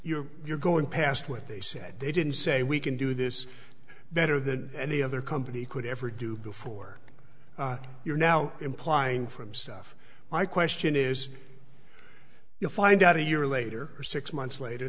you're you're going past what they said they didn't say we can do this better than any other company could ever do before you're now implying from stuff my question is you'll find out a year later six months later